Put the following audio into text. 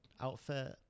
outfit